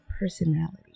personality